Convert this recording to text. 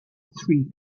three